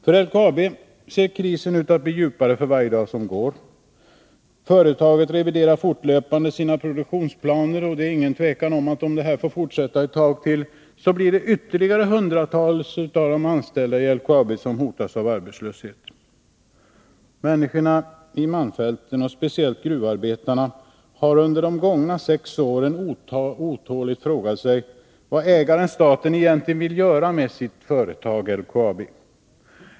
För LKAB ser krisen ut att bli djupare för varje dag som går. Företaget reviderar fortlöpande sina produktionsplaner, och om detta får fortsätta ytterligare ett tag kommer utan tvivel ytterligare flera hundra anställda i LKAB att hotas av arbetslöshet. Människorna i malmfälten, speciellt gruvarbetarna, har under de gångna sex åren otåligt frågat sig vad ägaren-staten egentligen vill göra med sitt företag LKAB.